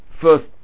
first